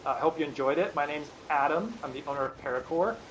i hope you enjoyed it. my name's adam. i'm the owner of paracore,